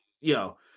Yo